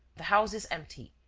the house is empty.